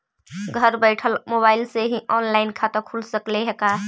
घर बैठल मोबाईल से ही औनलाइन खाता खुल सकले हे का?